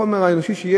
החומר האנושי.